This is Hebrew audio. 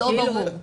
לא ברור.